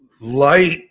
light